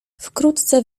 wkrótce